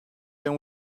and